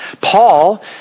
Paul